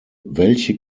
welche